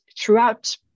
throughout